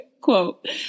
Quote